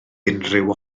unrhyw